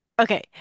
okay